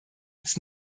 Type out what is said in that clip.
uns